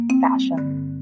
fashion